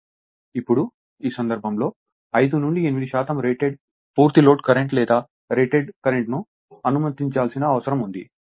ఇప్పుడు ఈ సందర్భంలో 5 నుండి 8 శాతం రేటెడ్ పూర్తి లోడ్ కరెంట్ లేదా రేటెడ్ కరెంట్ను అనుమతించాల్సిన అవసరం ఉంది